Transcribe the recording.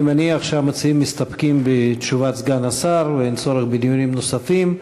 אני מניח שהמציעים מסתפקים בתשובת סגן השר ואין צורך בדיונים נוספים.